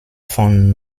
von